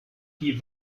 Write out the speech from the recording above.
die